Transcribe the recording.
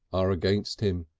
are against him,